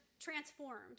transformed